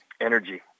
Energy